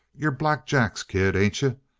you're black jack's kid, ain't you?